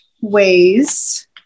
ways